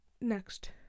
Next